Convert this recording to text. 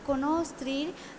কোনো স্ত্রীর